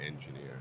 engineer